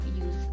use